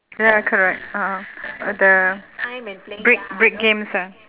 ya correct uh the brick brick games ah